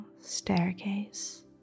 staircase